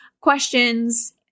questions